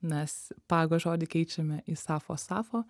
nes pago žodį keičiame į safo safo